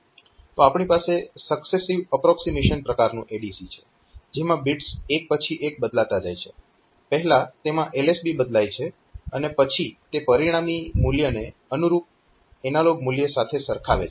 તો આપણી પાસે સક્સેસીવ અપ્રોક્સીમેશન પ્રકારનું ADC છે જેમાં બીટ્સ એક પછી એક બદલાતા જાય છે પહેલા તેમાં LSB બદલાય છે અને પછી તે પરિણામી મૂલ્યને અનુરૂપ એનાલોગ મૂલ્ય સાથે સરખાવે છે